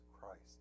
Christ